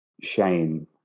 shame